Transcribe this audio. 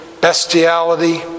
bestiality